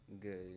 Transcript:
good